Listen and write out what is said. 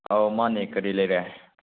ꯑꯥꯎ ꯃꯥꯟꯅꯦ ꯀꯔꯤ ꯂꯩꯔꯦ